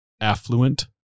affluent